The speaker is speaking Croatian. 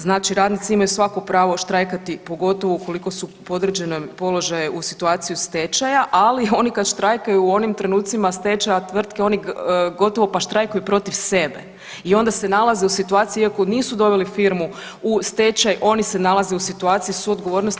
Znači radnici imaju svako pravo štrajkati pogotovo ukoliko su u podređenom položaju u situaciji stečaja, ali ono kad štrajkaju u onim trenucima stečaja tvrtke oni gotovo pa štrajku protiv sebe i onda se nalaze u situaciji iako nisu doveli firmu u stečaj oni se nalaze u situaciji suodgovornosti.